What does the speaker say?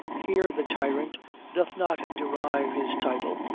here the tyrant doth not derive his title,